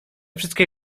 wszystkie